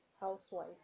housewife